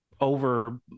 over